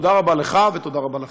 תודה רבה לך ותודה רבה לכם.